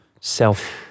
self